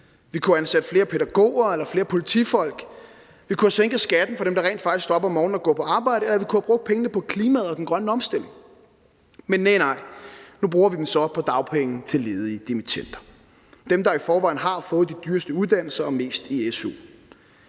Vi kunne have ansat flere pædagoger eller flere politifolk, vi kunne have sænket skatten for dem, der rent faktisk står op om morgenen og går på arbejde, eller vi kunne have brugt pengene på klimaet og den grønne omstilling. Men næh nej, nu bruger vi dem så på dagpenge til ledige dimittender; dem, der i forvejen har fået de dyreste uddannelser og mest i su.